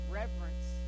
reverence